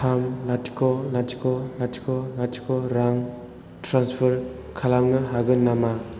थाम लाथिख' लाथिख' लाथिख' लाथिख' रां ट्रेन्सफार खालामनो हागोन नामा